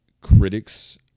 critics